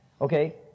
Okay